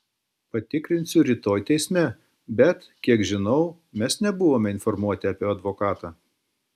patikrinsiu rytoj teisme bet kiek žinau mes nebuvome informuoti apie advokatą